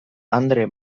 andre